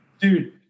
dude